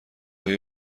های